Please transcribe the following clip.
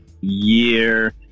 year